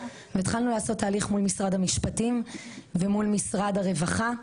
והתחלנו לעשות תהליך מול משרד המשפטים ומול משרד הרווחה,